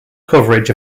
coverage